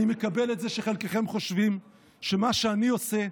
אני מקבל את זה שחלקכם חושבים שמה שאני עושה,